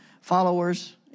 followers